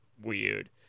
weird